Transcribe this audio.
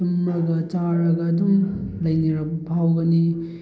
ꯇꯨꯝꯂꯒ ꯆꯥꯔꯒ ꯑꯗꯨꯝ ꯂꯩꯅꯤꯡꯔꯛꯄ ꯐꯥꯎꯒꯅꯤ